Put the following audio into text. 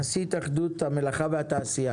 נשיא התאחדות המלאכה והתעשייה,